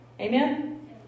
Amen